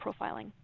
profiling